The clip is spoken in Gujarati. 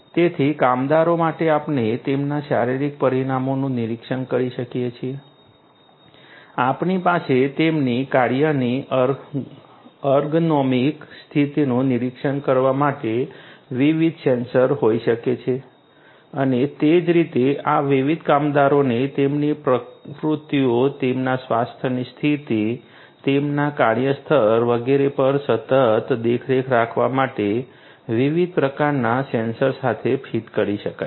તેથી કામદારો માટે આપણે તેમના શારીરિક પરિમાણોનું નિરીક્ષણ કરી શકીએ છીએ આપણી પાસે તેમની કાર્યની અર્ગનોમિક સ્થિતિનું નિરીક્ષણ કરવા માટે વિવિધ સેન્સર હોઈ શકે છે અને તે જ રીતે આ વિવિધ કામદારોને તેમની પ્રવૃત્તિઓ તેમના સ્વાસ્થ્યની સ્થિતિ તેમના કાર્યસ્થળ વગેરે પર સતત દેખરેખ રાખવા માટે વિવિધ પ્રકારના સેન્સર સાથે ફીટ કરી શકાય છે